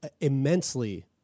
immensely